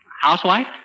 Housewife